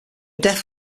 death